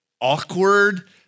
awkward